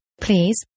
please